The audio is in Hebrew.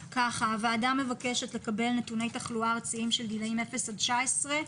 הוועדה מבקשת לקבל נתוני תחלואה ארציים של גילי אפס עד 19,